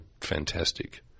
fantastic